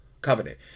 covenant